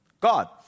God